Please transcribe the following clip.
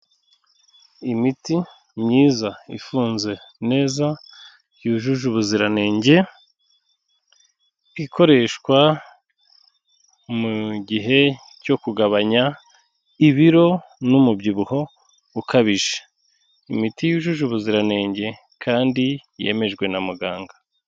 Imiti myiza ifunze neza yujuje ubuziranenge, ikoreshwa mu gihe cyo kugabanya ibiro n'umubyibuho ukabije. Imiti yujuje ubuziranenge kandi yemejwe na muganga.